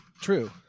True